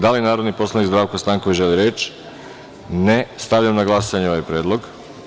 Da li narodni poslanik Zdravko Stanković želi reč? (Ne.) Stavljam na glasanje ovaj predlog.